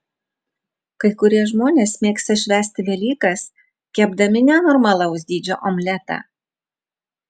kai kurie žmonės mėgsta švęsti velykas kepdami nenormalaus dydžio omletą